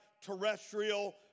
terrestrial